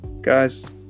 guys